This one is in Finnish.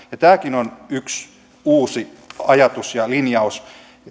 tämäkin on yksi uusi ajatus ja linjaus